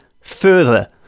further